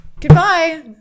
Goodbye